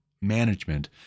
management